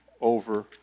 over